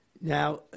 Now